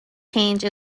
change